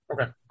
okay